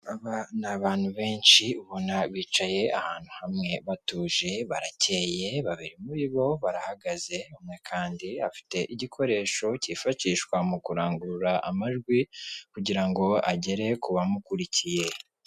Abantu benshi ubona bicaye ahantu hamwe batuje, barakeye babiri muri bo barahagaze, umwe kandi afite igikoresho cyifashishwa mu kurangurura amajwi kugira ngo agere kubamukurikiye.